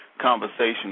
conversation